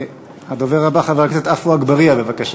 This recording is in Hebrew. הדובר הבא, חבר הכנסת עפו אגבאריה, בבקשה.